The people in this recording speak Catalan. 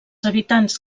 habitants